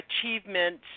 achievements